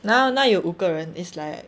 now now 有五个人 is like